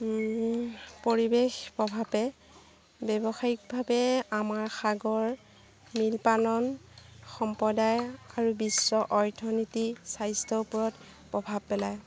পৰিৱেশ প্ৰভাৱে ব্যৱসায়িকভাৱে আমাৰ সাগৰ মীন পালন সম্প্ৰদায়ৰ আৰু বিশ্ব অৰ্থনীতি স্বাস্থ্যৰ ওপৰত প্ৰভাৱ পেলায়